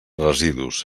residus